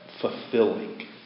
fulfilling